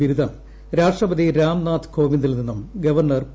ബിരുദം രാഷ്ട്രപതി രാംനാഥ് കോവി ന്ദിൽ നിന്നും ഗവർണർ പി